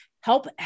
help